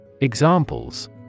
examples